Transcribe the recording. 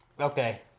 Okay